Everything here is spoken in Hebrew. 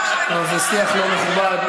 לא, זה שיח לא מכובד.